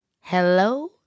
hello